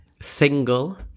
Single